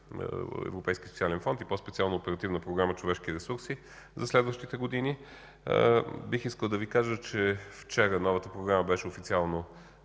Европейския социален фонд и по-специално по Оперативна програма „Развитие на човешките ресурси” за следващите години, бих искал да Ви кажа, че вчера новата програма беше официално